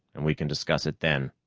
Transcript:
and we can discuss it then?